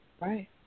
Right